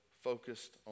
focused